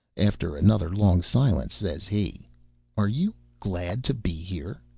after another long silence, says he are you glad to be here?